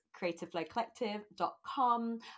creativeflowcollective.com